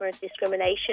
discrimination